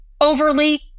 overly